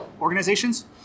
organizations